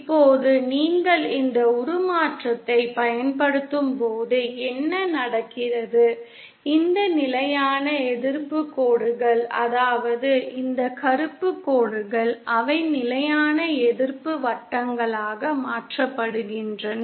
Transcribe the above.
இப்போது நீங்கள் இந்த உருமாற்றத்தைப் பயன்படுத்தும்போது என்ன நடக்கிறது இந்த நிலையான எதிர்ப்புக் கோடுகள் அதாவது இந்த கருப்பு கோடுகள் அவை நிலையான எதிர்ப்பு வட்டங்களாக மாற்றப்படுகின்றன